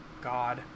God